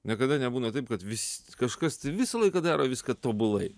niekada nebūna taip kad visi kažkas tai visą laiką daro viską tobulai